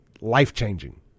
Life-changing